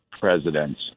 presidents